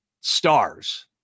stars